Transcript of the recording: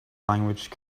language